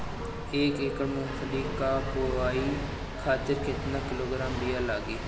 एक एकड़ मूंगफली क बोआई खातिर केतना किलोग्राम बीया लागी?